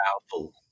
powerful